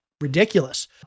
ridiculous